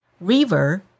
River